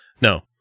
no